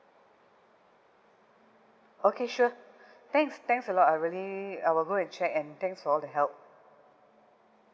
okay sure thanks thanks a lot I really I will go and check and thanks for all the help